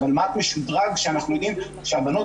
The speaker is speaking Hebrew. אבל מה"ט משודרג שאנחנו יודעים שהבנות